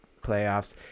playoffs